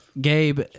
gabe